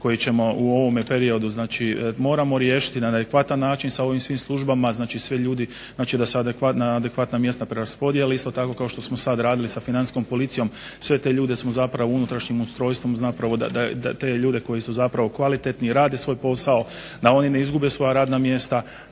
koji ćemo u ovome periodu moramo riješiti na adekvatan način sa svim službama znači svi ljudi, znači da se na adekvatna mjesta preraspodijeli, isto tako kao što smo sada radili sa financijskom policijom, sve te ljude smo u unutrašnjem ustrojstvom, te ljude koji su zapravo kvalitetni i rade svoj posao, da oni ne izgube svoja radna mjesta